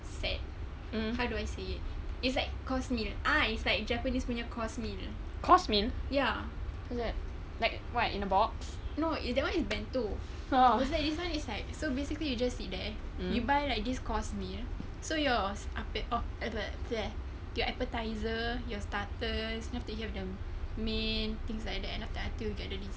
set how do I say it it's like course meal ah it's like japanese punya course meal ya no that [one] is bento this [one] is like so basically you just sit there you buy like this course meal so yours apa bleh your appetiser your starters then after that you have the main things like that after that until you get the dessert